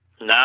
No